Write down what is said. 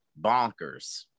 Bonkers